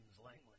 language